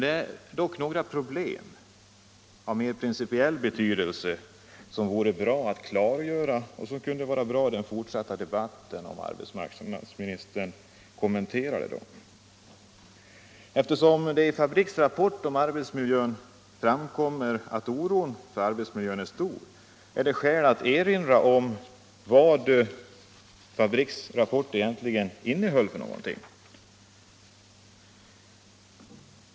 Det finns dock några problem av mer principiell betydelse som det för den fortsatta debatten vore bra om arbetsmarknadsministern kommenterade. Eftersom det i Fabriks rapport om arbetsmiljön framkommer att oron för arbetsmiljön är stor, är det skäl att erinra om vad rapporten egentligen innehåller.